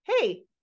hey